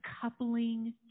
coupling